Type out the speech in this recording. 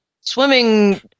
swimming